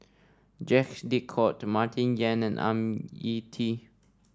Jacques De Coutre Martin Yan and Ang Ah Tee